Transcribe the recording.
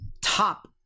top